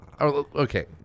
Okay